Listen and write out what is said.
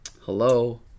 hello